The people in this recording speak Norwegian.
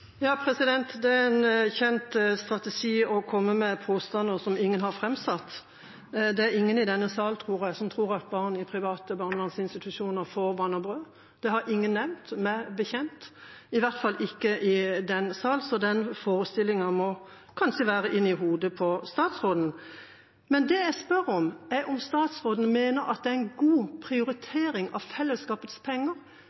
Det er en kjent strategi å komme med påstander ingen har framsatt. Det er ingen i denne salen, tror jeg, som tror at barn i private barnevernsinstitusjoner får vann og brød. Det har ingen nevnt, meg bekjent, i hvert fall ikke i denne salen. Så den forestillingen må kanskje være inne i hodet til statsråden. Men det jeg spør om, er om statsråden mener at dette er en god